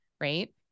Right